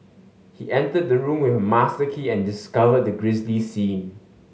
he entered the room with a master key and discovered the grisly scene